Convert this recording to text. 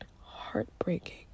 heartbreaking